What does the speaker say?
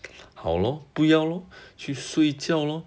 好 lor 不要 lor 去睡觉 lor